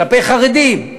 כלפי חרדים,